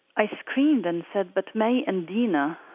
i screamed and said, but may and dina,